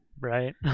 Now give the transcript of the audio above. right